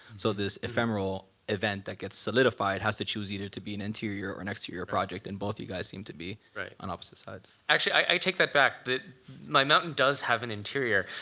so this ephemeral event that gets solidified has to choose either to be an interior or an exterior project. and both you guys seem to be on opposite sides. actually, i take that back. my mountain does have an interior.